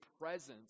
presence